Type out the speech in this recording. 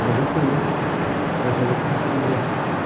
বহুতো পৰ্যবেক্ষণস্থলী আছে